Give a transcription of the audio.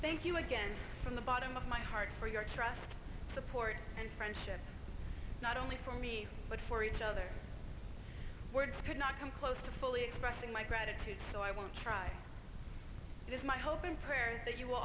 thank you again from the bottom of my heart for your trust in the port and friendship not only for me but for each other word could not come close to fully expressing my gratitude so i won't try it is my hope and prayer that you will